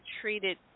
treated